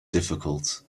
difficult